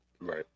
right